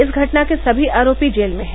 इस घटना के सभी आरोपी जेल में हैं